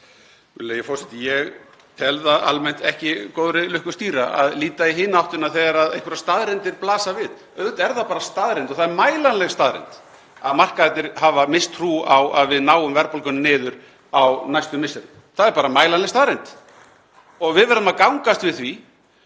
Virðulegi forseti. Ég tel það almennt ekki góðri lukku stýra að líta í hina áttina þegar einhverjar staðreyndir blasa við. Auðvitað er það bara staðreynd, og það er mælanleg staðreynd, að markaðirnir hafa misst trú á að við náum verðbólgunni niður á næstu misserum. Það er bara mælanleg staðreynd. Við verðum að gangast við því.